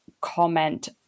comment